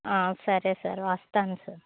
ఆ సరే సార్ వస్తాను సార్